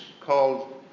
called